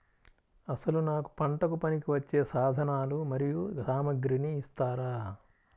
అసలు నాకు పంటకు పనికివచ్చే సాధనాలు మరియు సామగ్రిని ఇస్తారా?